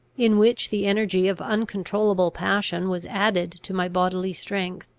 in which the energy of uncontrollable passion was added to my bodily strength,